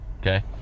Okay